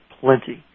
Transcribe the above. plenty